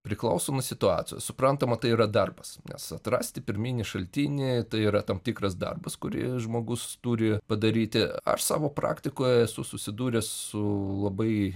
priklauso nuo situacijos suprantama tai yra darbas nes atrasti pirminį šaltinį tai yra tam tikras darbas kurį žmogus turi padaryti aš savo praktikoje esu susidūręs su labai